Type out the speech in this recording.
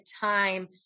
time